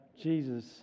Jesus